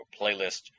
playlist